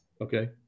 Okay